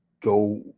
go